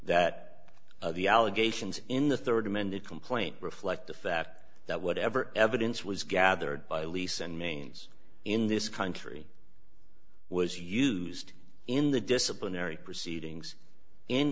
that the allegations in the rd amended complaint reflect the fact that whatever evidence was gathered by lease and manes in this country was used in the disciplinary proceedings in